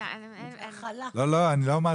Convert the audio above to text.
רציתי